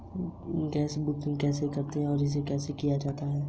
गैर बैंकिंग वित्तीय संस्थानों की विशेषताएं क्या हैं?